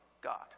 God